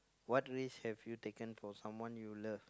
what risk have you taken for someone you love